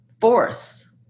force